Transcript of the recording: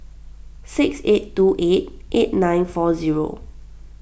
six eight two eight eight nine four zero